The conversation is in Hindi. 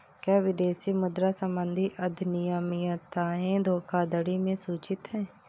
क्या विदेशी मुद्रा संबंधी अनियमितताएं धोखाधड़ी में सूचित हैं?